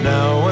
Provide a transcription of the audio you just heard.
Now